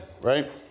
right